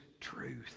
truth